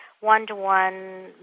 one-to-one